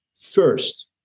First